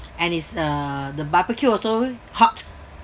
and it's uh the barbecue also hot